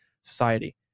society